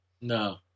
No